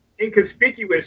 inconspicuous